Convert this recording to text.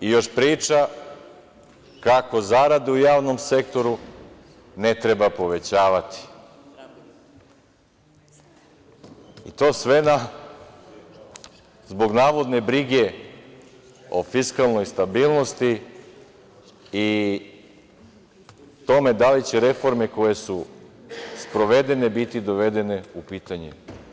i još priča kako zarade u javnom sektoru ne treba povećavati, to sve zbog navodne brige o fiskalnoj stabilnosti i tome da li će reforme koje su sprovedene biti dovedene u pitanje.